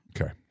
Okay